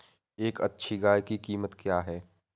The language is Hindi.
एक अच्छी गाय की कीमत क्या है?